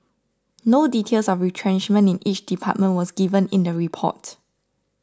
no details of retrenchment in each department was given in the report